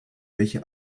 welche